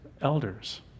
elders